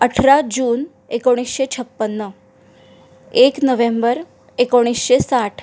अठरा जून एकोणीसशे छप्पन्न एक नव्हेंबर एकोणीसशे साठ